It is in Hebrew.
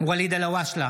ואליד אלהואשלה,